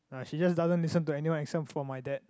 ya she just doesn't listen to anyone except for my dad